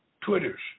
Twitters